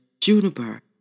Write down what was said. juniper